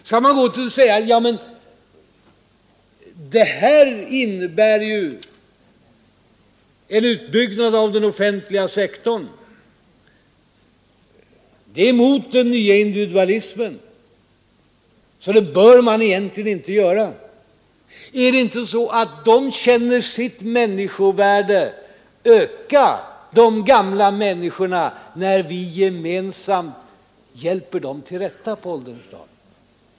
Skall man säga till dem: ”Det här innebär ju en utbyggnad av den offentliga sektorn. Det är mot den nya individualismen, så det bör man egentligen inte göra.” Är det inte så att de gamla människorna känner sitt värde öka när vi gemensamt hjälper dem till rätta på ålderns dagar?